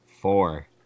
Four